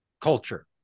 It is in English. culture